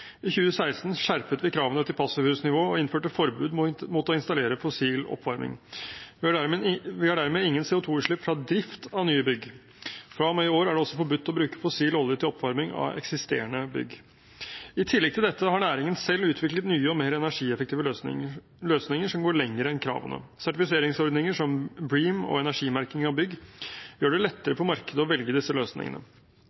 I 2016 skjerpet vi kravene til passivhusnivå og innførte forbud mot å installere fossil oppvarming. Vi har dermed ingen CO 2 -utslipp fra drift av nye bygg. Fra og med i år er det også forbudt å bruke fossil olje til oppvarming av eksisterende bygg. I tillegg til dette har næringen selv utviklet nye og mer energieffektive løsninger som går lenger enn kravene. Sertifiseringsordninger som BREEAM og energimerking av bygg gjør det lettere